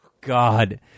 God